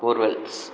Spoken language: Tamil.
போர்வேல்ஸ்